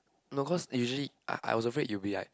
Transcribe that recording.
no cause usually I I was afraid you be like